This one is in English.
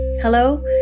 Hello